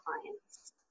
clients